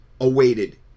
awaited